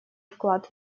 вклад